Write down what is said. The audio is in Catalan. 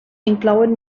inclouen